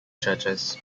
churches